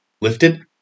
lifted